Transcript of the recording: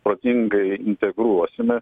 protingai integruosime